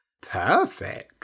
Perfect